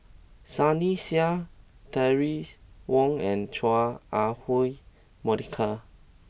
Sunny Sia Terry Wong and Chua Ah Huwa Monica